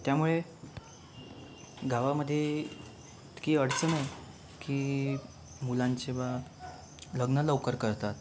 त्यामुळे गावामध्ये इतकी अडचण आहे की मुलांचे बुवा लग्नं लवकर करतात